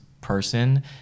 person